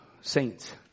saints